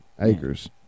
acres